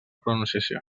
pronunciació